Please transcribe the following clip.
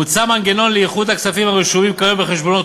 מוצע מנגנון לאיחוד הכספים הרשומים כיום בחשבונות